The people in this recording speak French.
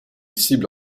cible